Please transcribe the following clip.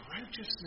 righteousness